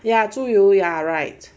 ya 猪油 ya right